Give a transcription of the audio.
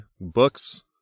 books